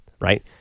right